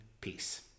peace